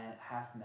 half